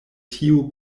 tiu